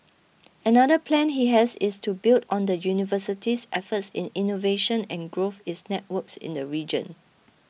another plan he has is to build on the university's efforts in innovation and growth its networks in the region